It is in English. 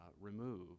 remove